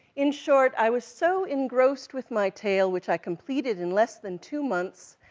in short, i was so engrossed with my tale, which i completed in less than two months,